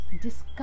Discuss